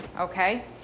okay